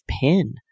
pin